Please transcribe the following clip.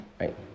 right